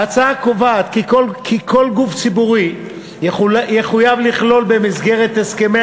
ההצעה קובעת כי כל גוף ציבורי יחויב לכלול במסגרת הסכמי